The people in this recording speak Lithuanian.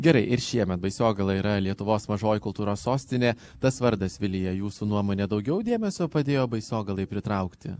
gerai ir šiemet baisogala yra lietuvos mažoji kultūros sostinė tas vardas vilija jūsų nuomone daugiau dėmesio padėjo baisogalai pritraukti